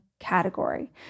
category